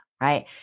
right